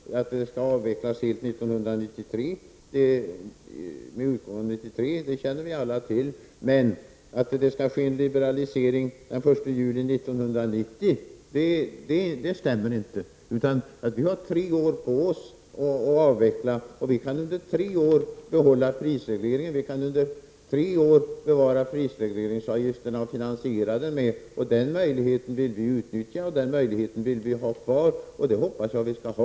Att stödet skall vara helt avvecklat vid utgången av 1993 känner vi alla till, men att det skall ske en liberalisering den 1 juni 1990 stämmer inte, Vi har tre år på oss att avveckla stödet. Vi kan under tre år behålla prisregleringen, och vi kan under tre år bevara prisregleringsavgifterna och finansiera den med dem. Den möjligheten vill vi ha kvar och utnyttja, och det hoppas jag att vi skall ha.